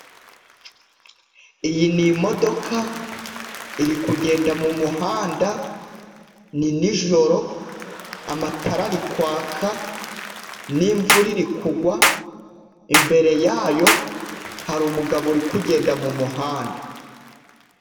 Iyi ni imodoka, iri kugenda mumuhanda, ni nijoro, amatara ari kwaka, n'imvura iri kugwa, imbere yayo hari umugabo uri kugenda mumuhanda.